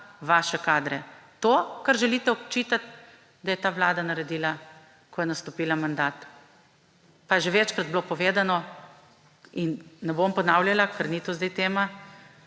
vaše kadre, to, kar želite očitati, da je ta vlada naredila, ko je nastopila mandat. Pa je že večkrat bilo povedano in ne bom ponavljala, ker ni to zdaj tema,